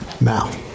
Now